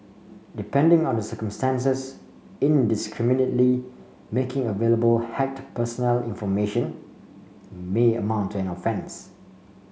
depending on the circumstances indiscriminately making available hacked personal information may amount to an offence